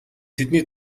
тэдний